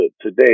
today